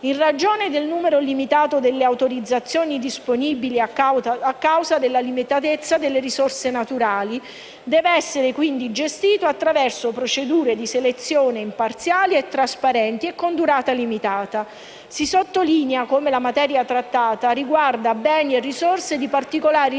del numero limitato delle autorizzazioni disponibili a causa della limitatezza delle risorse naturali, esso deve essere gestito attraverso procedure di selezione imparziali e trasparenti, con una durata limitata. Si sottolinea come la materia trattata concerna beni e risorse di particolare rilievo